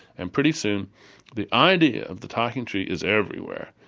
and pretty soon the idea of the talking tree is everywhere.